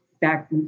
back